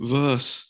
verse